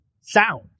sound